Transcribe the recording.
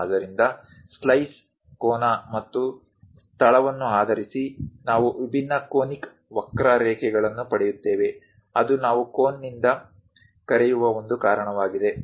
ಆದ್ದರಿಂದ ಸ್ಲೈಸ್ ಕೋನ ಮತ್ತು ಸ್ಥಳವನ್ನು ಆಧರಿಸಿ ನಾವು ವಿಭಿನ್ನ ಕೋನಿಕ್ ವಕ್ರಾರೇಖೆಗಳನ್ನು ಪಡೆಯುತ್ತೇವೆ ಅದು ನಾವು ಕೋನ್ನಿಂದ ಕರೆಯುವ ಒಂದು ಕಾರಣವಾಗಿದೆ